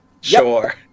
Sure